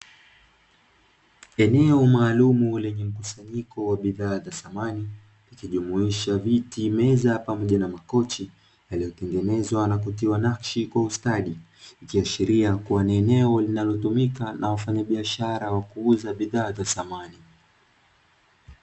Eneo maalumu lenye mkusanyiko wa bidhaa za samani, ikijumuisha viti, meza, pamoja na makochi; yaliyotengenezwa na kutiwa nakshi kwa ustadi, ikiashiria kuwa ni eneo linalotumika na wafanyabiashara wa kuuza bidhaa za samani.